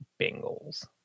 Bengals